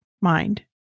mind